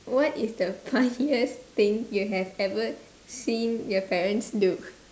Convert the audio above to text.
what is the funniest thing you have ever seen your parents do